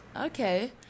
Okay